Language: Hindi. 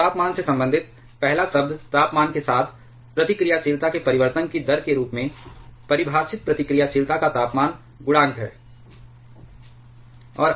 तो तापमान से संबंधित पहला शब्द तापमान के साथ प्रतिक्रियाशीलता के परिवर्तन की दर के रूप में परिभाषित प्रतिक्रियाशीलता का तापमान गुणांक है